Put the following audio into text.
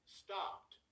stopped